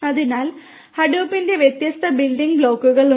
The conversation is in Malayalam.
അതിനാൽ ഹഡൂപ്പിന്റെ വ്യത്യസ്ത ബിൽഡിംഗ് ബ്ലോക്കുകൾ ഉണ്ട്